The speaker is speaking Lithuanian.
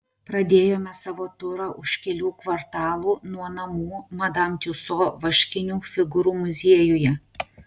pradėjome savo turą už kelių kvartalų nuo namų madam tiuso vaškinių figūrų muziejuje